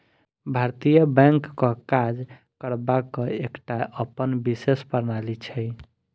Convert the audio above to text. भारतीय बैंकक काज करबाक एकटा अपन विशेष प्रणाली छै